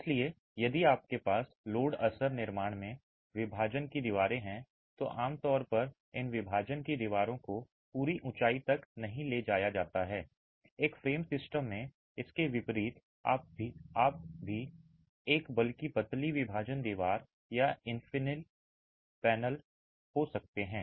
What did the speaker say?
इसलिए यदि आपके पास लोड असर निर्माण में विभाजन की दीवारें हैं तो आमतौर पर इन विभाजन की दीवारों को पूरी ऊंचाई तक नहीं ले जाया जाता है एक फ्रेम सिस्टम में इसके विपरीत आप अभी भी एक बल्कि पतली विभाजन दीवार या एक इन्फिल पैनल हो सकते हैं